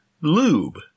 Lube